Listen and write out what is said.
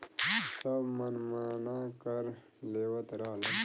सब मनमाना कर लेवत रहलन